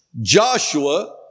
Joshua